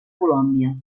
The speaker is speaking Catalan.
colòmbia